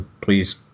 please